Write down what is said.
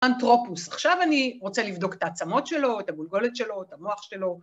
אנתרופוס, עכשיו אני רוצה לבדוק את העצמות שלו, את הגולגולת שלו, את המוח שלו.